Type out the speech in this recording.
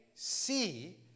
see